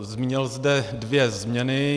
Zmínil zde dvě změny.